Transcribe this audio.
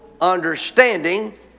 understanding